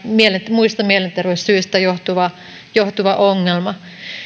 muista mielenterveyssyistä johtuva johtuva ongelma